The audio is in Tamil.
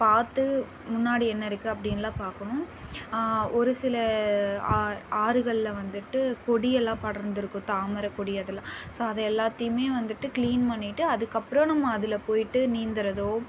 பார்த்து முன்னாடி என்ன இருக்குது அப்படின்லாம் பார்க்கணும் ஒரு சில ஆறுகளில் வந்துவிட்டு கொடியெல்லாம் படர்ந்து இருக்கும் தாமரைக்கொடி அதெல்லாம் ஸோ அதை எல்லாத்தையும் வந்துவிட்டு க்ளீன் பண்ணிவிட்டு அதுக்கப்புறம் நம்ம அதில் போய்ட்டு நீந்துவதோ